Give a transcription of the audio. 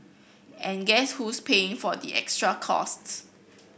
and guess who's paying for the extra costs